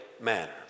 manner